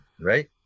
right